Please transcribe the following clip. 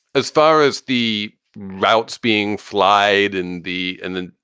as far as the routes being flight and the and then,